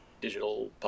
digital